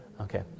Okay